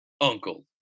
uncle